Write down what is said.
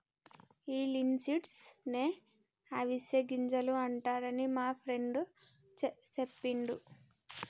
ఈ లిన్సీడ్స్ నే అవిసె గింజలు అంటారని మా ఫ్రెండు సెప్పిండు